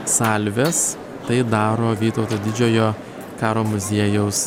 salvės tai daro vytauto didžiojo karo muziejaus